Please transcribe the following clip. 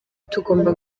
tugomba